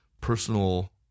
personal